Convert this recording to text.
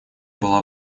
была